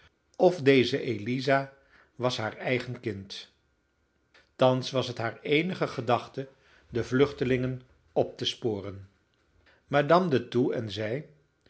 of deze eliza was haar eigen kind thans was het haar eenige gedachte de vluchtelingen op te sporen madame de thoux en zij